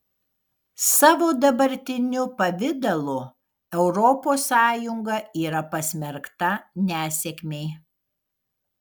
savo dabartiniu pavidalu europos sąjunga yra pasmerkta nesėkmei